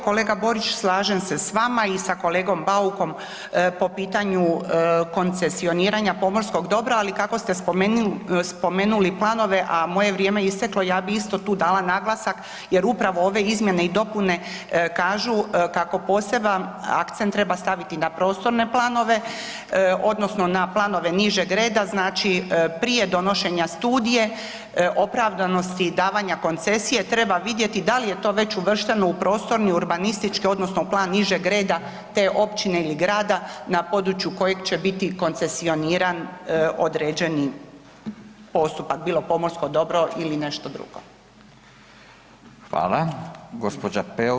Kolega Borić slažem se s vama i sa kolegom Baukom po pitanju koncesioniranja pomorskog dobra, ali kako ste spomenuli planove, a moje vrijeme je isteklo ja bih isto tako tu dala naglasak jer upravo ove izmjene i dopune kažu kako poseban akcent treba staviti na prostorne planove odnosno na planove nižeg reda, znači prije donošenja studije opravdanosti davanja koncesije treba vidjeti da li je to već uvršteno u prostorni urbanistički odnosno plan nižeg reda te općine ili grada na području kojeg će biti koncesioniran određeni postupak bilo pomorsko dobro ili nešto drugo.